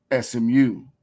SMU